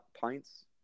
Pints